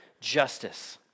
justice